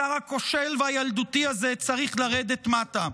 השר הכושל והילדותי הזה צריך לרדת מטה.